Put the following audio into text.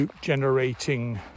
generating